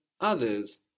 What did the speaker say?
others